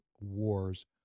Wars